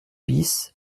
bis